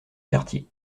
quartiers